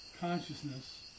consciousness